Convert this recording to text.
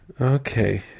Okay